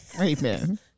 Amen